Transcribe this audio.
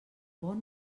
bon